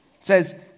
says